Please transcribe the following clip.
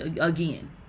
again